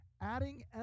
adding